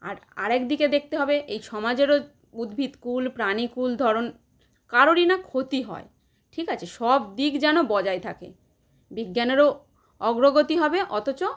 আর আর এক দিকে দেখতে হবে এই সমাজেরও উদ্ভিদকুল প্রাণিকুল ধরন কারোরই না ক্ষতি হয় ঠিক আছে সব দিক যেন বজায় থাকে বিজ্ঞানেরও অগ্রগতি হবে অথচ